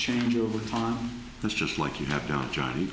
change over time it's just like you have no johnny